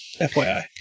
FYI